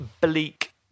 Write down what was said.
bleak